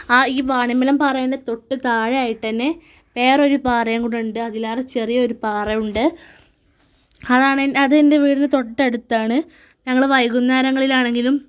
ആ ഈ വാണിയമ്പലം പാറൻ്റെ തൊട്ട് താഴെ ആയിട്ട് തന്നെ വേറെ ഒരു പാറയും കൂടെ ഉണ്ട് അതിലാണ് ചെറിയ ഒരു പാറയുണ്ട് അതാണ് അത് എന്റെ വീടിന് തൊട്ട് അടുത്താണ് ഞങ്ങൾ വൈകുന്നേരങ്ങളിലാണെങ്കിലും